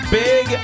big